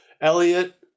Elliot